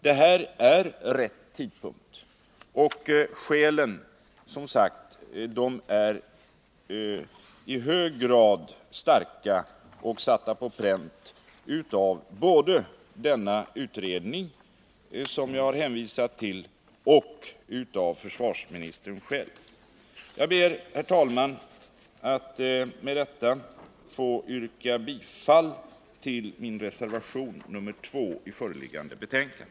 Det här är rätt tidpunkt, och skälen är som sagt starka och satta på pränt både av den utredning jag hänvisat till och av försvarsministern själv. Jag ber, herr talman, att med detta få yrka bifall till min reservation, nr 2, vid föreliggande betänkande.